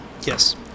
Yes